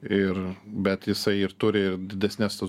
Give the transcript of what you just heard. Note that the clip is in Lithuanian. ir bet jisai ir turi didesnes tas